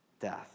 death